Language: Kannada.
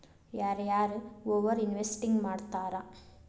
ಯಾರ ಯಾರ ಓವರ್ ಇನ್ವೆಸ್ಟಿಂಗ್ ಮಾಡ್ತಾರಾ